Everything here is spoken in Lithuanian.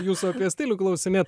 jūsų apie stilių klausinėt